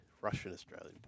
Russian-Australian